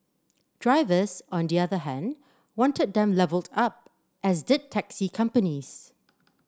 drivers on the other hand wanted them levelled up as did taxi companies